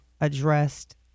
addressed